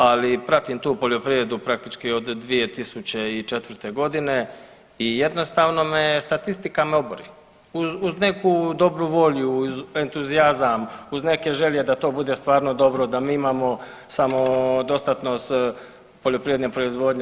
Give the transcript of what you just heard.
Ali pratim tu poljoprivredu praktički od 2004. godine i jednostavno me, statistika me obori uz neku dobru volju, uz entuzijazam, uz neke želje da to bude stvarno dobro, da mi imamo samodostatnost poljoprivredne proizvodnje.